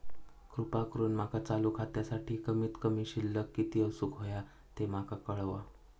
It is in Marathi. कृपा करून माका चालू खात्यासाठी कमित कमी शिल्लक किती असूक होया ते माका कळवा